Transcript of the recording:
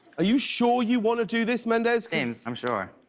you sure you want to do this, mendes. james, i'm sure.